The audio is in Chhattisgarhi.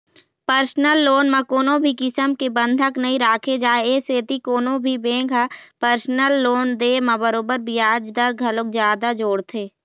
परसनल लोन म कोनो भी किसम के बंधक नइ राखे जाए ए सेती कोनो भी बेंक ह परसनल लोन दे म बरोबर बियाज दर घलोक जादा जोड़थे